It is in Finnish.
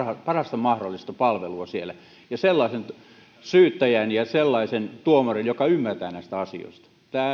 parasta mahdollista palvelua siellä ja sellaisen syyttäjän ja sellaisen tuomarin joka ymmärtää näistä asioista